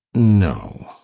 no.